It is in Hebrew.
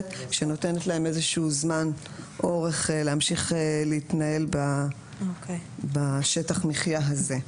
שנותנת להם איזשהו אורך זמן להמשיך להתנהל בשטח המחיה הזה.